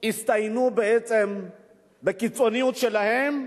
הצטיינו בקיצוניות שלהן,